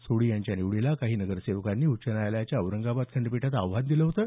सोढी यांच्या या निवडीला काही नगरसेवकांनी उच्च न्यायालयाच्या औरंगाबाद खंडपीठात आव्हान दिलं होतं